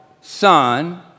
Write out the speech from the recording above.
Son